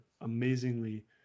amazingly